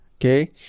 okay